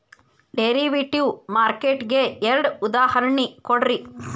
derivative market ಗೆ ಎರಡ್ ಉದಾಹರ್ಣಿ ಕೊಡ್ರಿ